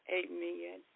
amen